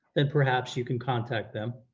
then perhaps you can contact them.